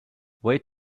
wait